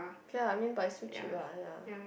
ya I mean but it's still cheap lah ya